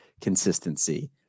consistency